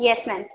yes ma'am